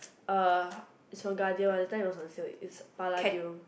uh it's from Guardian one that time it was on sale Paladium